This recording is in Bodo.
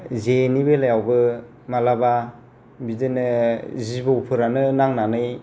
जेनि बेलायावबो मालाबा बिदिनो जिबौफोरानो नांनानै